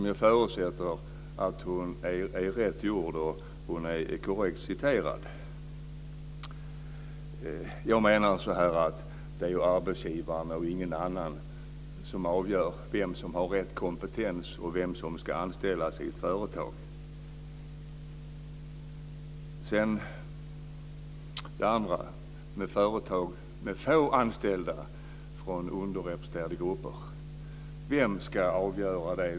Jag förutsätter att denna är riktigt gjord och att hon är korrekt citerad. Jag menar att det är arbetsgivaren och ingen annan som avgör vem som har rätt kompetens och vem som ska anställas i ett företag. När det gäller företag med få anställda från underrepresenterade grupper kan man fråga: Vem ska avgöra det?